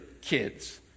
kids